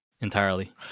entirely